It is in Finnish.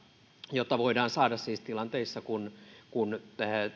jota voidaan siis saada tilanteissa kun kun